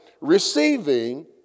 receiving